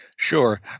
Sure